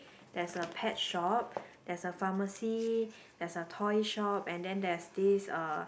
there's a pet shop there's a pharmacy there's a toy shop and then there's this uh